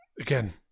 again